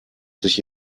sich